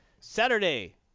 Saturday